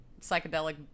psychedelic